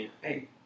hey